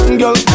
girl